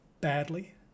badly